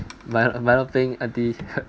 milo milo peng aunty